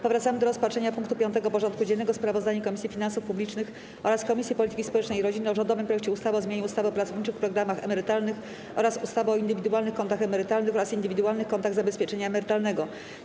Powracamy do rozpatrzenia punktu 5. porządku dziennego: Sprawozdanie Komisji Finansów Publicznych oraz Komisji Polityki Społecznej i Rodziny o rządowym projekcie ustawy o zmianie ustawy o pracowniczych programach emerytalnych oraz ustawy o indywidualnych kontach emerytalnych oraz indywidualnych kontach zabezpieczenia emerytalnego.